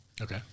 Okay